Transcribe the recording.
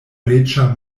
reĝa